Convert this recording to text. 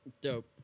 Dope